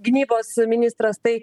gynybos ministras tai